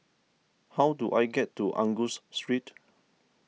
how do I get to Angus Street